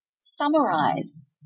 summarize